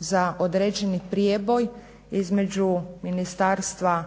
za određeni prijeboj između Ministarstva